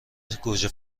گوجه